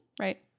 Right